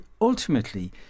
ultimately